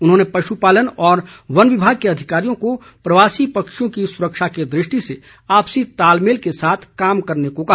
उन्होंने पशुपालन और वन विभाग के अधिकारियों को प्रवासी पक्षियों की सुरक्षा की दुष्टि से आपसी तालमेल के साथ कार्य करने को कहा